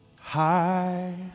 high